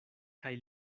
kaj